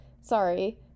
Sorry